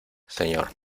señor